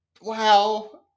Wow